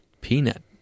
Peanut